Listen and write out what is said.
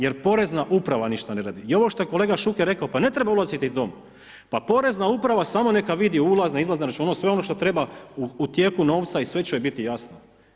Jer Porezna uprava ništa ne radi i ovo što je kolega Šuker rekao, pa ne treba ulaziti u dom, pa Porezna uprava samo neka vidi ulaz, izlaz na računu, sve ono što treba u tijeku novca i sve će im biti jasno.